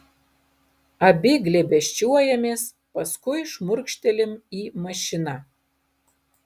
abi glėbesčiuojamės paskui šmurkštelim į mašiną